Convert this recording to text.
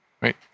right